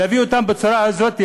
אבל להביא אותם בצורה הזאת,